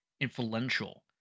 influential